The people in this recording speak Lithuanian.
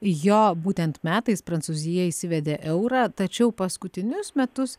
jo būtent metais prancūzija įsivedė eurą tačiau paskutinius metus